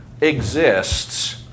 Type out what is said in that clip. exists